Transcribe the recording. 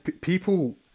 people